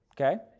Okay